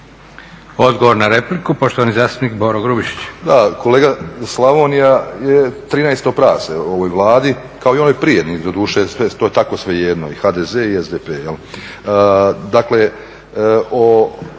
Odgovor na repliku poštovani zastupnik Boro Grubišić.